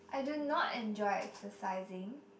I do not enjoy exercising